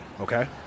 okay